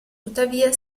tuttavia